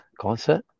concert